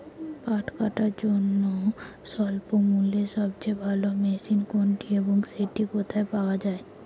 পাট কাটার জন্য স্বল্পমূল্যে সবচেয়ে ভালো মেশিন কোনটি এবং সেটি কোথায় পাওয়া য়ায়?